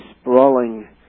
sprawling